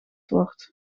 wordt